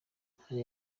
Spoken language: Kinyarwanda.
hari